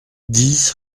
dix